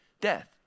death